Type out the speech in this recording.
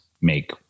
make